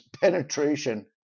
penetration